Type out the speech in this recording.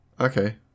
Okay